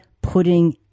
putting